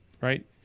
right